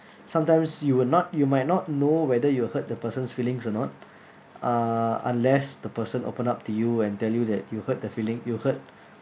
sometimes you will not you might not know whether you hurt the person's feelings are not uh unless the person opened up to you and tell you that you hurt their feeling you hurt